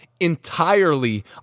Entirely